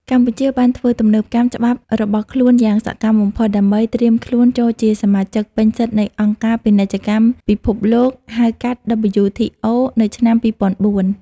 កម្ពុជាបានធ្វើទំនើបកម្មច្បាប់របស់ខ្លួនយ៉ាងសកម្មបំផុត ដើម្បីត្រៀមខ្លួនចូលជាសមាជិកពេញសិទ្ធិនៃអង្គការពាណិជ្ជកម្មពិភពលោក (ហៅកាត់ WTO) នៅឆ្នាំ ២០០៤។